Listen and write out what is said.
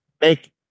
make